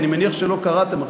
כי אני מניח שלא קראתם אותו,